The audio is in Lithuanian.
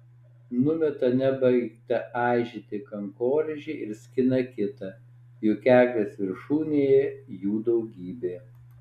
numeta nebaigtą aižyti kankorėžį ir skina kitą juk eglės viršūnėje jų daugybė